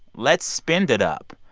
let's spend it up.